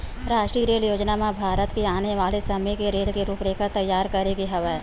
रास्टीय रेल योजना म भारत के आने वाले समे के रेल के रूपरेखा तइयार करे गे हवय